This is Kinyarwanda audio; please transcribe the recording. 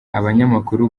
abanyamakuru